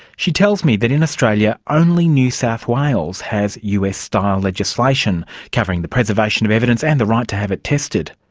she tells me that in australia only new south wales has us style legislation covering the preservation of evidence and the right to have it tested.